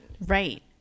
Right